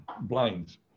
blinds